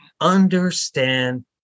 understand